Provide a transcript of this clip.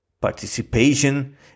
Participation